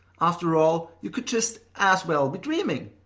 after all you could just as well be dreaming.